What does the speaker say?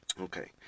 Okay